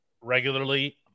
regularly